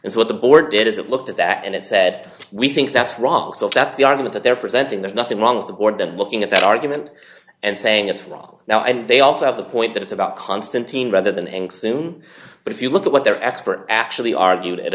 is what the board it is it looked at that and it said we think that's wrong so if that's the argument they're presenting there's nothing wrong with the board then looking at that argument and saying it's wrong now and they also have the point that it's about constantine rather than nk sume but if you look at what their expert actually argued at